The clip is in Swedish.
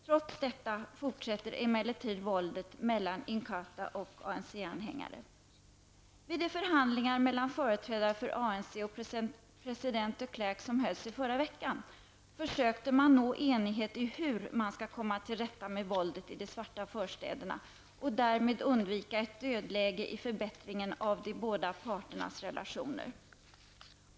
Trots detta fortsätter emellertid våldet mellan och president de Klerk som hölls i förra veckan, försökte man nå enighet i hur man skall komma till rätta med våldet i de svarta förstäderna och därmed undvika ett dödläge i förbättringen av de båda parternas relationer.